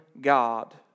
God